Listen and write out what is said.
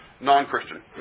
non-Christian